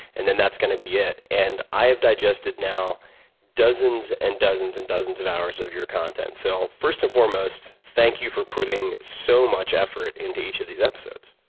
and then that's going to be it. and i have digested now dozens and dozens and dozens of hours of your content. so first and foremost, thank you for putting so much effort into each of these episodes.